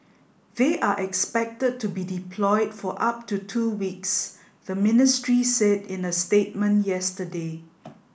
they are expected to be deployed for up to two weeks the ministry said in a statement yesterday